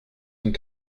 sont